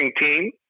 team